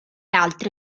altre